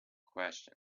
question